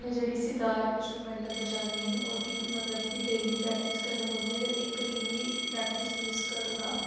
में जेह्ड़ी सितार इंस्टरुमेंट बजानी ओह्दी मतलब कि डेली प्रैक्टिस करने पौंदी ऐ अगर इक दिन बी प्रैक्टिस मिस करी ओड़ां